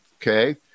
Okay